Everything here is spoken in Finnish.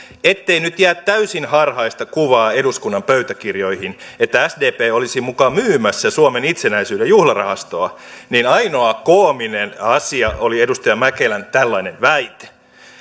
ettei nyt jää täysin harhaista kuvaa eduskunnan pöytäkirjoihin että sdp olisi muka myymässä suomen itsenäisyyden juhlarahastoa niin ainoa koominen asia oli edustaja mäkelän tällainen väite